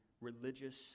religious